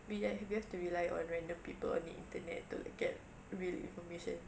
we ha~ we have to rely on random people on the internet to like get real information